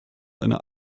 eine